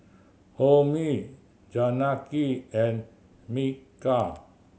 Homi Janaki and Milkha